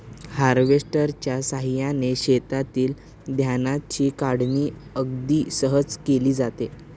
हार्वेस्टरच्या साहाय्याने शेतातील धान्याची काढणी अगदी सहज केली जाते